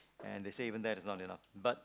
and they say even that is not enough but